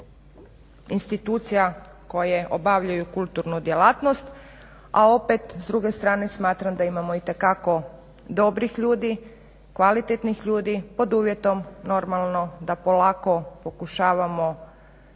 institucija koje obavljaju kulturnu djelatnost, a opet s druge strane smatram da imamo itekako dobrih ljudi, kvalitetnih ljudi pod uvjetom normalno da polako pokušavamo